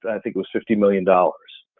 i think, it was fifty million dollars.